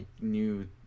new